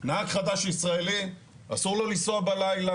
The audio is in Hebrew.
נהג חדש ישראלי אסור לו לנסוע בלילה,